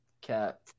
Cap